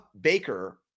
Baker